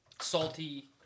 salty